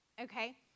Okay